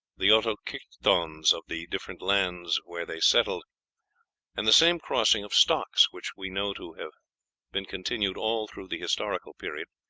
the autochthones of the different lands where they settled and the same crossing of stocks, which we know to have been continued all through the historical period,